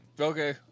Okay